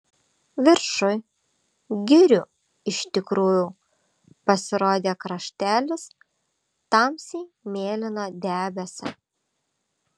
viršuj girių iš tikrųjų pasirodė kraštelis tamsiai mėlyno debesio